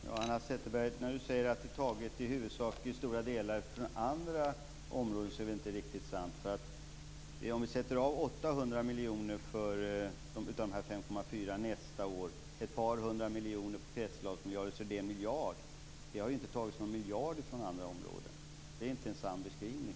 Fru talman! Hanna Zetterberg säger att pengarna i huvudsak har tagits från andra områden. Det är inte riktigt sant. Om vi sätter av 800 miljoner av de 5,4 miljarderna nästa år och ett par hundra miljoner på kretsloppsuppgörelsen blir det fråga om 1 miljard. Det har inte tagits någon miljard från andra områden. Det är inte en sann beskrivning.